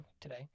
today